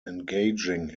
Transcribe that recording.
engaging